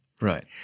Right